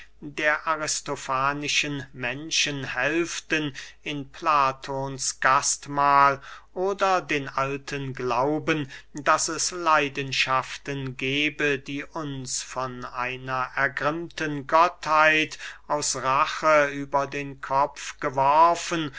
der aristofanischen menschen hälften in platons gastmahl oder den alten glauben daß es leidenschaften gebe die uns von einer ergrimmten gottheit aus rache über den kopf geworfen